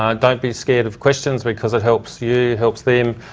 um don't be scared of questions, because it helps you, it helps them.